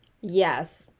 Yes